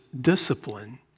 discipline